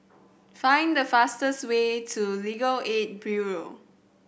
find the fastest way to Legal Aid Bureau